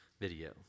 video